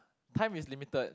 time is limited